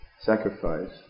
sacrifice